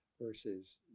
versus